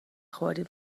خوردیم